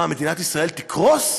מה, מדינת ישראל תקרוס?